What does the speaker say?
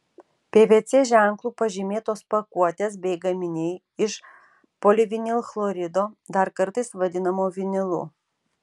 pvc ženklu pažymėtos pakuotės bei gaminiai iš polivinilchlorido dar kartais vadinamo vinilu